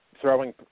throwing